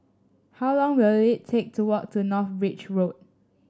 how long will it take to walk to North Bridge Road